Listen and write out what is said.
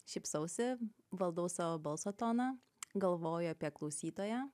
šypsausi valdau savo balso toną galvoju apie klausytoją